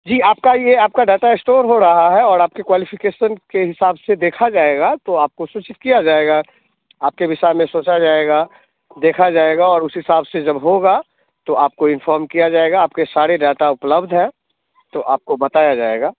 जी आपका ये आपका डाटा स्टोर हो रहा है और आपके क्वालिफिकेसन के हिसाब से देखा जाएगा तो आपको सूचित किया जाएगा आपके विषाय में सोचा जाएगा देखा जाएगा और उस हिसाब से जब होगा तो आपको इन्फॉर्म किया जाएगा आपके सारे डाटा उपलब्ध हैं तो आपको बताया जाएगा